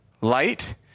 light